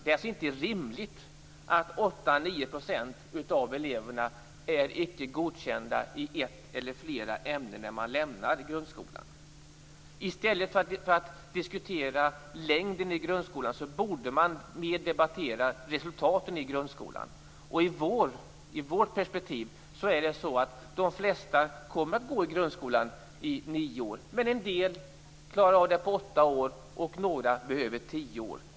Det är inte rimligt att 8-9 % av eleverna är icke godkända i ett eller flera ämnen när de lämnar grundskolan. I stället för att diskutera längden i grundskolan borde man debattera resultaten. Enligt vårt perspektiv kommer de flesta att gå i grundskolan i nio år. Men en del klarar av det på åtta år, och några behöver tio år.